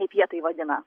kaip jie tai vadina